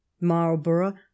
Marlborough